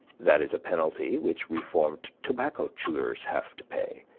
that is a penalty which reformed tobacco-chewers have to pay